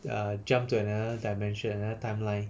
uh jump to another dimension and another timeline